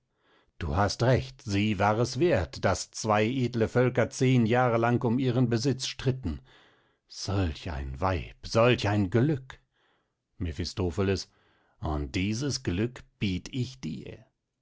du hast recht sie war es werth daß zwei edle völker zehn jahre lang um ihren besitz stritten solch ein weib welch ein glück mephistopheles und dieses glück biet ich dir